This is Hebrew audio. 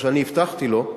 מה שאני הבטחתי לו,